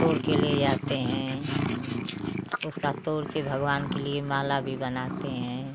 तोड़ कर ले जाते हैं उसका तोड़ कर भगवान के लिए माला भी बनाते हैं